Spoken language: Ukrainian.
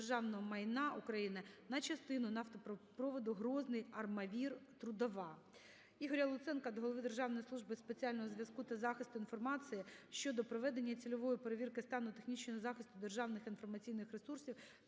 державного майна України на частину нафтопроводу Грозний-Армавір-Трудова. Ігоря Луценка до Голови Державної служби спеціального зв'язку та захисту інформації щодо проведення цільової перевірки стану технічного захисту державних інформаційних ресурсів